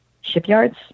shipyards